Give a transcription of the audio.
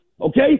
Okay